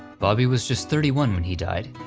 bobby was just thirty one when he died,